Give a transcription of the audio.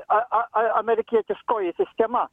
a a a amerikietiškoji sistema